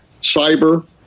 cyber